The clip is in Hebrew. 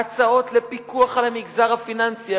הצעות לפיקוח על המגזר הפיננסי.